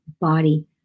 body